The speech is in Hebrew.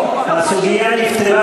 הסוגיה נפתרה,